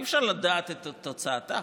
אי-אפשר לדעת את תוצאתה,